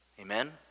Amen